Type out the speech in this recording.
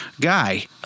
guy